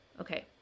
Okay